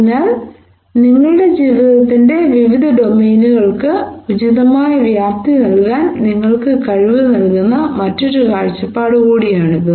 അതിനാൽ നിങ്ങളുടെ ജീവിതത്തിന്റെ വിവിധ ഡൊമെയ്നുകൾക്ക് ഉചിതമായ വ്യാപ്തി നൽകാൻ നിങ്ങൾക്ക് കഴിവ് നൽകുന്ന മറ്റൊരു കാഴ്ചപ്പാട് കൂടിയാണിത്